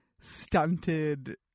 stunted